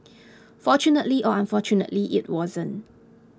fortunately or unfortunately it wasn't